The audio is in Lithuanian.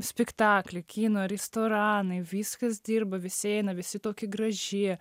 spektakliai kino restoranai viskas dirba visi eina visi tokie graži